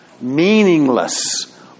Meaningless